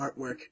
artwork